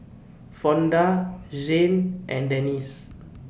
Fonda Zhane and Denese